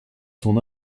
son